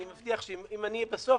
אני מבטיח שאם אני אהיה בסוף,